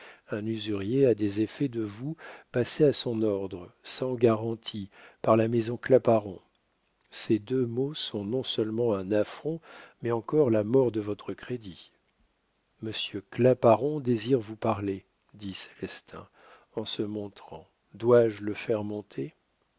un usurier a des effets de vous passés à son ordre sans garantie par la maison claparon ces deux mots sont non-seulement un affront mais encore la mort de votre crédit monsieur claparon désire vous parler dit célestin en se montrant dois-je le faire monter